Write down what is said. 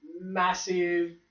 Massive